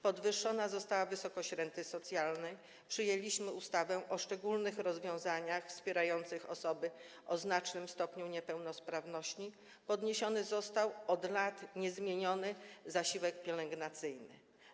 Podwyższona została wysokość renty socjalnej, przyjęliśmy ustawę o szczególnych rozwiązaniach wspierających osoby o znacznym stopniu niepełnosprawności, podniesiony został od lat niezmieniony zasiłek pielęgnacyjny.